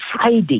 Friday